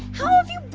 how have you